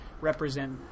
represent